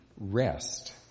rest